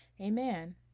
Amen